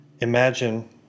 imagine